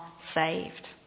saved